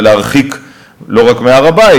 זה להרחיק לא רק מהר-הבית,